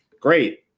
great